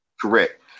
Correct